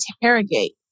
interrogate